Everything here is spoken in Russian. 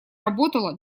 работала